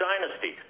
dynasty